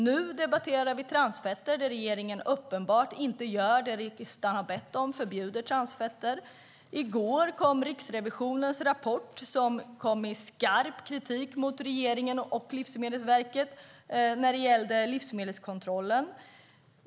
Nu debatterar vi transfetter, där regeringen uppenbarligen inte gör det riksdagen har bett om, förbjuder transfetter. I går kom Riksrevisionen med en rapport med skarp kritik mot regeringen och Livsmedelsverket när det gällde livsmedelskontrollen.